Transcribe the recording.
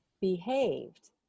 behaved